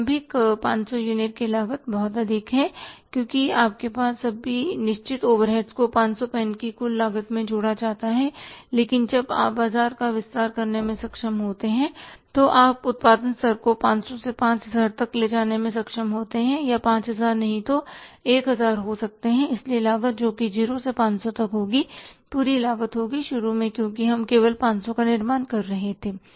प्रारंभिक 500 यूनिट्स की लागत बहुत अधिक है क्योंकि आपके सभी निश्चित ओवरहेड्स को 500 पेन की कुल लागत में जोड़ा जाता है लेकिन जब आप बाजार का विस्तार करने में सक्षम होते हैं और आप उत्पादन स्तर को 500 से 5000 तक ले जाने में सक्षम होते हैं या 5000 नहीं तो 1000 हो सकते हैं इसलिए लागत जो कि 0 से 500 तक होगी पूरी लागत होगी शुरू में क्योंकि हम केवल 500 का निर्माण कर रहे थे